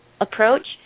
Approach